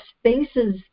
spaces